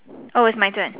oh it's my turn